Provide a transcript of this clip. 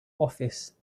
office